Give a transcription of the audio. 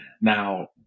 Now